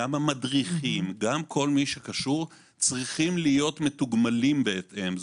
גם המדריכים וכל מי שקשור צריכים להיות מתוגמלים בהתאם.